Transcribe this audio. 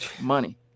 money